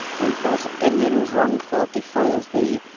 when false opinion, whose wrong thought defiles thee,